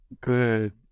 good